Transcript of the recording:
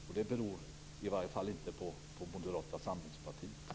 Så detta beror i alla fall inte på Moderata samlingspartiet.